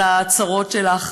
על ההצהרות שלך.